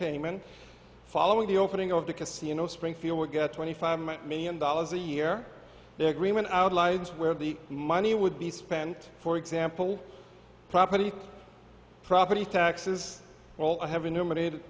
payment following the opening of the casino springfield would get twenty five million dollars a year the agreement outlines where the money would be spent for example property property taxes well i have